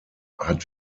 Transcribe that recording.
hat